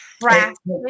practice